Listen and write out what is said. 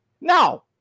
Now